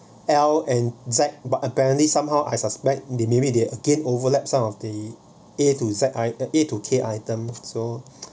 L and Z but apparently somehow I suspect they may they again overlapped some of the A to Z I A to K items so